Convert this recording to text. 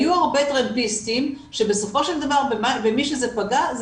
היו הרבה טרמפיסטים שבסופו של דבר במי שזה פגע זה